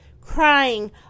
crying